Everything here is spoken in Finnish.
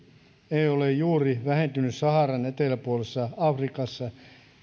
ei ole juuri vähentynyt saharan eteläpuoleisessa afrikassa